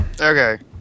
Okay